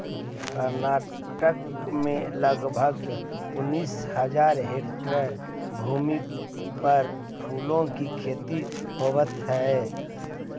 कर्नाटक में लगभग उनीस हज़ार हेक्टेयर भूमि पर फूलों की खेती होवे हई